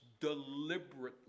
deliberately